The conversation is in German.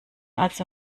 also